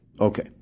Okay